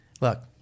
look